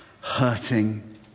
hurting